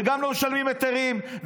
וגם לא משלמים היתרים,